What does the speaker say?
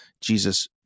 Jesus